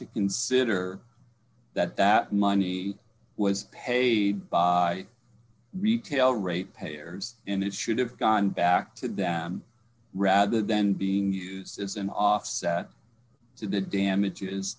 to consider that that money was paid by retail rate payers and it should have gone back to them rather than being used as an offset to the damage